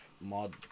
mod